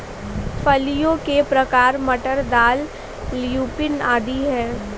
फलियों के प्रकार मटर, दाल, ल्यूपिन आदि हैं